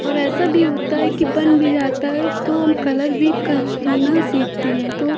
और ऐसा भी होता है कि बन भी जाता है तो हम कलर भी करना सीखते हैं